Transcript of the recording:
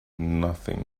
nothing